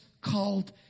called